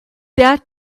that